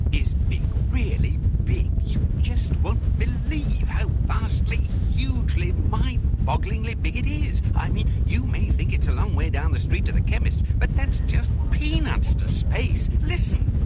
is big, really big. you just won't believe how vastly, hugely, mind-bogglingly big it is. i mean, you may think it's a long way down the street to the chemist but that's just peanuts to space. listen.